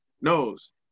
knows